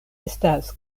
estas